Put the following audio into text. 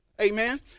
Amen